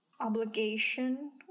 obligation